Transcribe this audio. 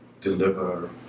deliver